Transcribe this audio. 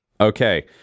Okay